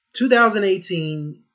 2018